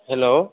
hello